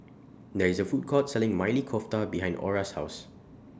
There IS A Food Court Selling Maili Kofta behind Orra's House